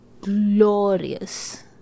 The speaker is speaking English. glorious